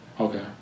Okay